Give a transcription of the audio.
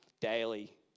daily